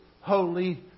Holy